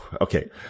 okay